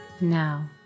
Now